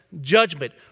judgment